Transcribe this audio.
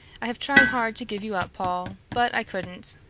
i have tried hard to give you up, paul, but i couldn't.